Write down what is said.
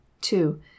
Two